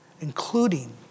including